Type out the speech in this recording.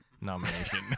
nomination